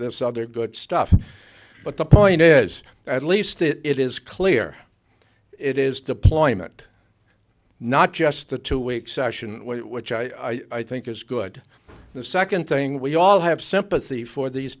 the other good stuff but the point is at least it is clear it is deployment not just the two weeks action which i think is good the second thing we all have sympathy for these